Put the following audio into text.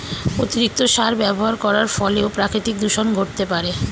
অতিরিক্ত সার ব্যবহার করার ফলেও প্রাকৃতিক দূষন ঘটতে পারে